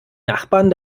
nachbarn